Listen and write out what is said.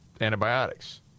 antibiotics